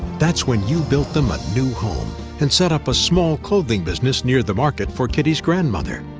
that's when you built them a new home and set up a small clothing business near the market for kitty's grandmother.